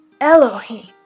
Elohim